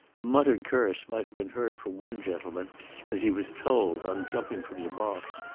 a muttered curse might have been heard from one gentleman as he was told, on jumping from the box,